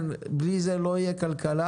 בלי זה לא תהיה כלכלה.